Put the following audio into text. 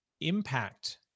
impact